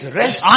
rest